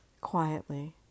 quietly